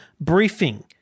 briefing